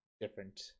different